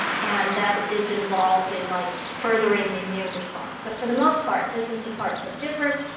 and that is involved in like furthering the immune response. but for the most part, this is the part that differs.